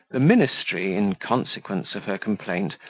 the ministry, in consequence of her complaint,